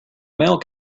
male